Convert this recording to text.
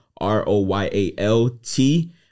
r-o-y-a-l-t